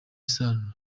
isano